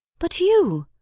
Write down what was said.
but you?